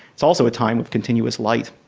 it's also a time of continuous light.